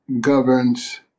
governs